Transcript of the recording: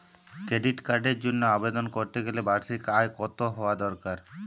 Credit কার্ডের জন্য আবেদন করতে গেলে বার্ষিক আয় কত হওয়া দরকার?